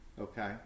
Okay